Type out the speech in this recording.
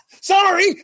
Sorry